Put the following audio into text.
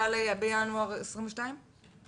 לכניסה בינואר 22'?